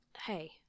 Hey